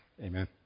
Amen